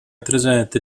отражает